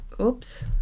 oops